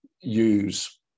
use